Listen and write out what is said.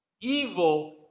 Evil